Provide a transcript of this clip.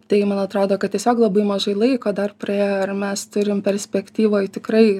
tai man atrodo kad tiesiog labai mažai laiko dar praėjo ir mes turim perspektyvoj tikrai